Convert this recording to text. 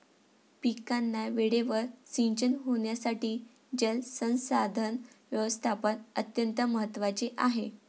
पिकांना वेळेवर सिंचन होण्यासाठी जलसंसाधन व्यवस्थापन अत्यंत महत्त्वाचे आहे